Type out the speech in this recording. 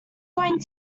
going